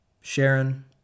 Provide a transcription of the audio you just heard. Sharon